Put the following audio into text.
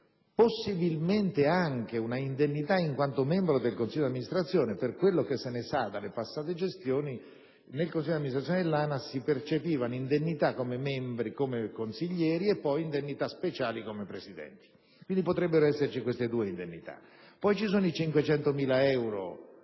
possibilmente anche una indennità in quanto membro del Consiglio di amministrazione. Per quello che se ne sa dalle passate gestioni, nel Consiglio di amministrazione dell'ANAS si percepiva un'indennità come consigliere e poi un'indennità speciale come presidente e quindi potrebbero esserci queste due indennità. Poi ci sono i 500.000 euro